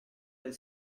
del